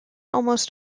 almost